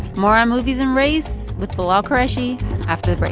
more on movies and race with bilal qureshi after